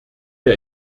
der